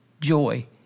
joy